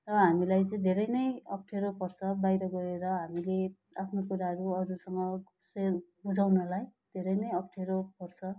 र हामीलाई चाहिँ धेरै नै अप्ठ्यारो पर्छ बाहिर गएर हामीले आफ्नो कुराहरू अरूसँग सेयर बुझाउनलाई धेरै ने अप्ठ्यारो पर्छ